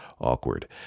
awkward